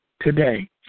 today